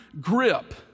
grip